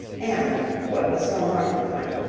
and, what was still more to the point,